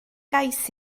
gais